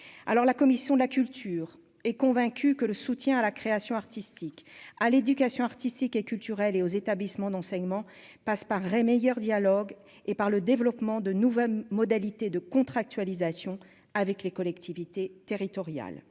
alors la commission de la culture est convaincu que le soutien à la création artistique, à l'éducation artistique et culturelle et aux établissements d'enseignement passe par Ray meilleur dialogue et par le développement de nouvelles modalités de contractualisation avec les collectivités territoriales,